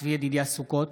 צבי ידידיה סוכות,